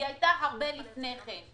היא הייתה הרבה לפני כן.